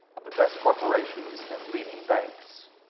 of the best corporations and leading banks.